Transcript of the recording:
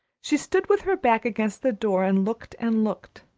she stood with her back against the door and looked and looked.